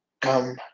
come